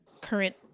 current